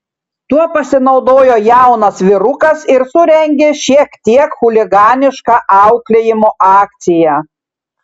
tuo pasinaudojo jaunas vyrukas ir surengė šiek tiek chuliganišką auklėjimo akciją